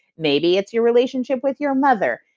maybe it's your relationship with your mother,